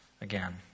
again